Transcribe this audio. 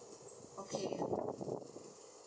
okay